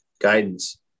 guidance